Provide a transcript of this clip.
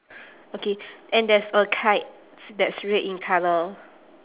okay and there's a kite that's red in colour